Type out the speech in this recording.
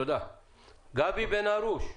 גבי בן הרוש.